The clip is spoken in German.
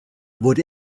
wurde